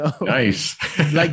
Nice